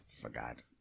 forgot